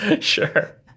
Sure